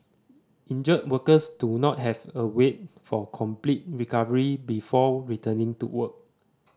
injured workers do not have await for complete recovery before returning to work